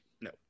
no